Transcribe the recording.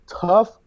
tough